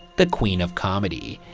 the queen of comedy.